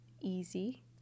easy